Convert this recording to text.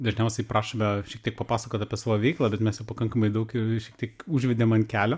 dažniausiai prašome šiek tiek papasakot apie savo veiklą bet mes jau pakankamai daug šiek tiek užvedėm ant kelio